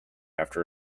after